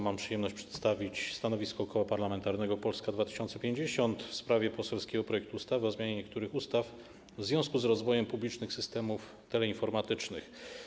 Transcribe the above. Mam przyjemność przedstawić stanowisko Koła Parlamentarnego Polska 2050 w sprawie poselskiego projektu ustawy o zmianie niektórych ustaw w związku z rozwojem publicznych systemów teleinformatycznych.